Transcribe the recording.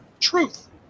Truth